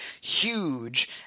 huge